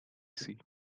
see